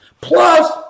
Plus